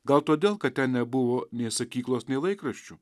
gal todėl kad ten nebuvo nei sakyklos nei laikraščių